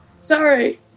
Sorry